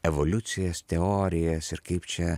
evoliucijos teorijas ir kaip čia